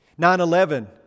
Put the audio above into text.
9-11